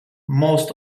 most